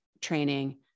training